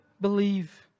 believe